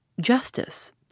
Justice